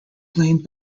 blamed